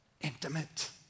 intimate